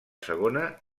segona